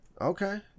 Okay